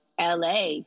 LA